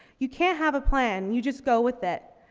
you can't have a plan, you just go with it.